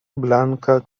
blanka